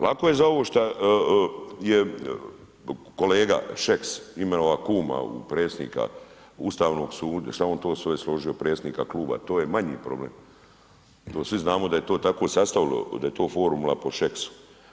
Lako je za ovo šta je kolega Šeks imenovao kuma u predsjednika Ustavnog suda, šta je on to svoje složio u predsjednika kluba, to je manji problem, to svi znamo da je to tako sastavilo, da je to formula po Šeksu.